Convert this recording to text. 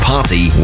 Party